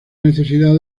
necesidad